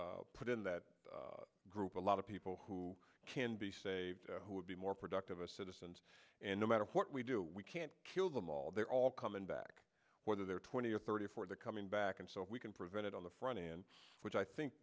to put in that group a lot of people who can be saved who would be more productive us citizens and no matter what we do we can't kill them all they're all coming back whether they're twenty or thirty for the coming back and so if we can prevent it on the front end which i think